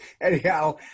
Anyhow